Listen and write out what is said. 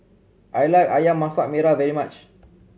I like Ayam Masak Merah very much